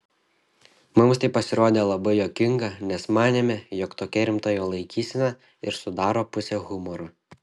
mums tai pasirodė labai juokinga mes manėme jog tokia rimta jo laikysena ir sudaro pusę humoro